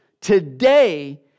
today